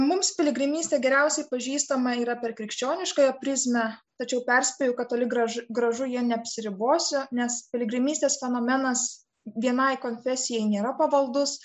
mums piligrimystė geriausiai pažįstama yra per krikščioniškąją prizmę tačiau perspėju kad toli gražu gražu jei neapsiribosiu nes piligrimystės fenomenas vienai konfesijai nėra pavaldus